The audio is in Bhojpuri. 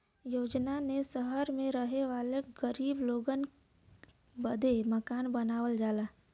योजना ने सहर मे रहे वाले गरीब लोगन बदे मकान बनावल जाला